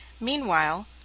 Meanwhile